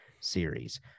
series